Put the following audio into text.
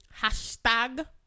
Hashtag